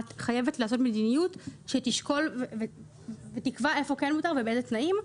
את חייבת לעשות מדיניות שתשקול ותקבע איפה כן מותר ובאילו תנאים.